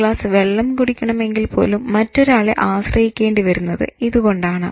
ഒരു ഗ്ലാസ് വെള്ളം കുടിക്കണമെങ്കിൽ പോലും മറ്റൊരാളെ ആശ്രയിക്കേണ്ടി വരുന്നത് ഇതുകൊണ്ടാണ്